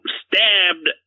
stabbed